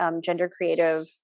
gender-creative